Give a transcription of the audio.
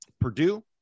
Purdue